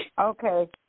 okay